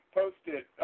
posted